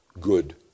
good